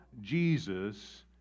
jesus